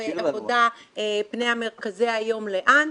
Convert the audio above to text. עבודה 'פני מרכזי היום לאן?',